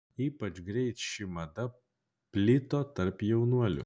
ypač greit ši mada plito tarp jaunuolių